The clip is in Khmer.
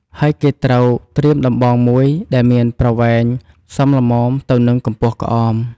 ហើយគេត្រូវត្រៀមដំបងមួយដែលមានប្រវែងសមល្មមទៅនិងកម្ពស់ក្អម។